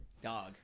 Dog